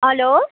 hello